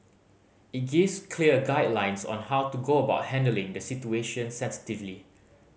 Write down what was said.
it gives clear guidelines on how to go about handling the situation sensitively